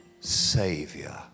Savior